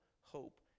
hope